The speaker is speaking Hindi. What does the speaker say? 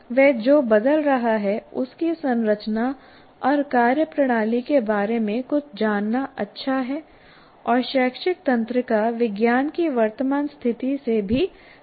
वह जो बदल रहा है उसकी संरचना और कार्यप्रणाली के बारे में कुछ जानना अच्छा है और शैक्षिक तंत्रिका विज्ञान की वर्तमान स्थिति से भी परिचित होना चाहिए